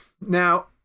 Now